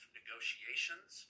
negotiations